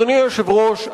אדוני היושב-ראש,